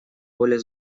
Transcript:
более